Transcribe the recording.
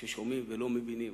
ששומעים ולא מבינים.